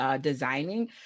designing